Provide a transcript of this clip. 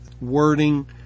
wording